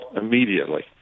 immediately